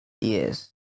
Yes